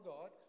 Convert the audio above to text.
God